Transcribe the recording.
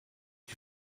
die